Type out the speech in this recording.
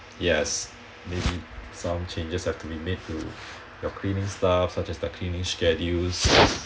yes maybe some changes have to be made to your cleaning staff such as the cleaning schedules